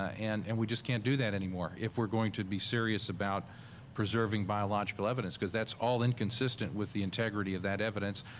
ah and and we just can't do that anymore, if we're going to be serious about preserving biological evidence because that's all inconsistent with the integrity of that evidence,